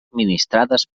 administrades